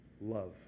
love